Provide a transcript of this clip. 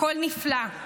הכול נפלא.